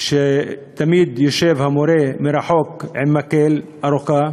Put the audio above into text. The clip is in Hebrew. תמיד יושב המורה מרחוק, עם מקל ארוך,